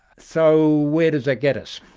so where does that get us?